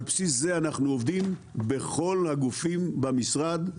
על בסיס זה אנחנו עובדים בכל הגופים במשרד,